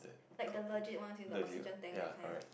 like the legit one with the oxygen tank that kind